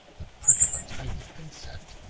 the prick of a tiny insect,